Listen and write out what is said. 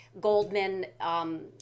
Goldman